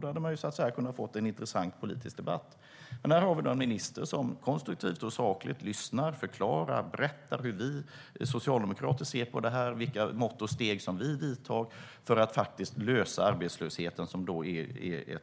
Då hade vi kunnat få en intressant politisk debatt. Här har vi alltså en minister som konstruktivt och sakligt lyssnar, förklarar och berättar hur vi socialdemokrater ser på det här och vilka mått och steg vi vidtar för att lösa arbetslösheten som är